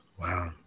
Wow